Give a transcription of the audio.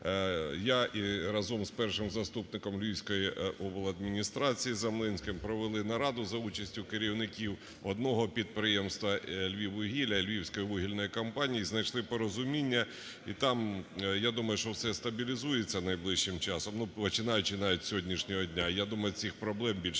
я разом з першим заступником Львівської обладміністрації з Замлинським провели нараду за участю керівників одного підприємства "Львіввугілля" і "Львівської вугільної компанії", знайшли порозуміння. І там я думаю, що все стабілізується найближчим часом, починаючи навіть з сьогоднішнього дня, я думаю, цих проблем більше